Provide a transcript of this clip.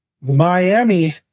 Miami